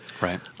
Right